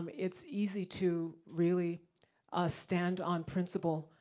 it's easy to really stand on principle,